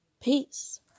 Peace